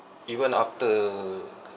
even after